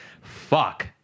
fuck